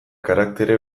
karaktere